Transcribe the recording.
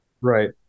Right